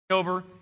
over